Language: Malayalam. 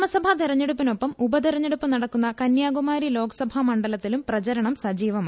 നിയമസഭാ തെരഞ്ഞെടുപ്പിനൊപ്പം ഉപതെരഞ്ഞെടുപ്പ് നടക്കുന്ന കന്യാകുമാരി ലോകസഭാ മണ്ഡലത്തിലും പ്രചരണം സജീവമായി